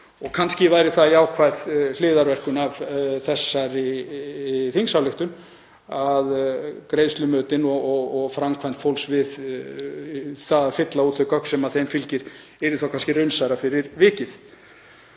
Kannski væri það jákvæð hliðarverkun af þessari þingsályktunartillögu að greiðslumötin og framkvæmd fólks við að fylla út þau gögn sem þeim fylgir yrði þá kannski raunsærri fyrir vikið.